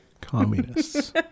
communists